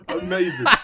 Amazing